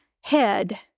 head